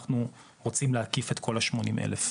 אנחנו רוצים להקיף את כל השמונים אלף.